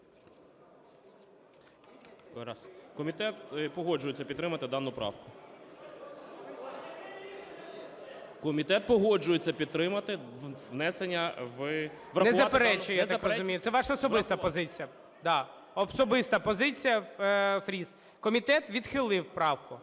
Комітет погоджується підтримати дану правку. Комітет погоджується підтримати внесення… врахувати… ГОЛОВУЮЧИЙ. Не заперечує, я так розумію. Це ваша особиста позиція. Особиста позиція Фріса. Комітет відхилив правку.